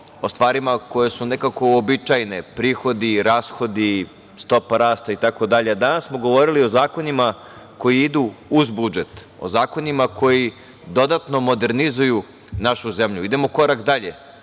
o stvarima koje su nekako uobičajene, prihodi, rashodi, stopa rasta itd. Danas smo govorili o zakonima koji idu uz budžet, o zakonima koji dodatno modernizuju našu zemlju. Idemo korak dalje.